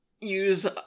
use